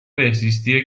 بهزیستی